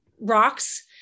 rocks